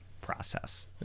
process